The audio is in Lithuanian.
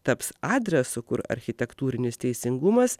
taps adresu kur architektūrinis teisingumas